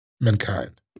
mankind